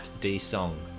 D-Song